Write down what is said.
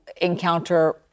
encounter